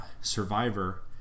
survivor